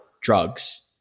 drugs